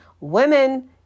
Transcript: women